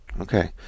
Okay